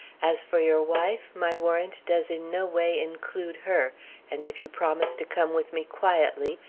as for your wife, my warrant does in no way include her and if you promise to come with me quietly,